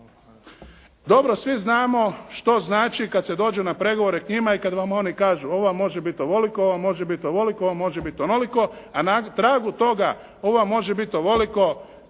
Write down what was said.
Dobro svi znamo što znači kad se dođe na pregovore k njima i kad vam oni kažu ova može biti ovoliko, ova može biti ovoliko, ova može biti onoliko, a na tragu toga ova može biti ovoliko,